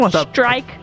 strike